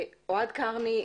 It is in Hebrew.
אוהד קרני,